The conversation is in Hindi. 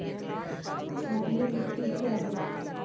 क्षारीय मिट्टी क्या है?